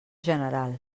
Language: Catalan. general